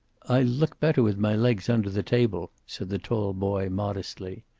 i look better with my legs under the table, said the tall boy, modestly.